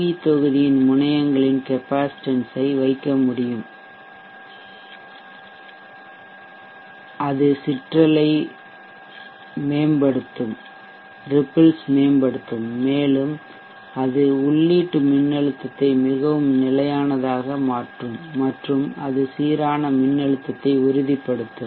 we தொகுதியின் முனையங்களின் capacitance ஐ வைக்க முடியும் அது ரிப்பில் சிற்றலைஐ மேம்படுத்தும் மேலும் அது உள்ளீட்டு மின்னழுத்தத்தை மிகவும் நிலையானதாக மாற்றும் மற்றும் அது சீரான மின்னழுத்தத்தை உறுதிப்படுத்தும்